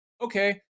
okay